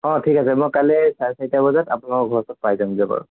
অঁ ঠিক আছে মই কাইলৈ চাৰে চাৰিটা বজাত আপোনালোকৰ ঘৰৰ ওচৰত পাই যামগৈ বাৰু